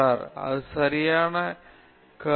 பார் Max Planck இது 1901 ஆம் ஆண்டில் கிடைத்தது